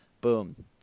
Boom